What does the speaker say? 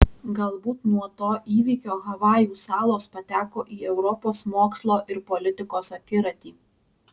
galbūt nuo to įvykio havajų salos pateko į europos mokslo ir politikos akiratį